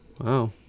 Wow